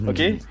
Okay